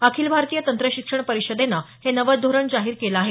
अखिल भारतीय तंत्रशिक्षण परिषदेनं हे नवं धोरण जाहीर केलं आहे